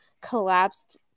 collapsed